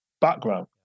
background